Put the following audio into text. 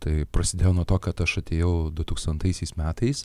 tai prasidėjo nuo to kad aš atėjau du tūkstantaisiais metais